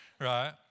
right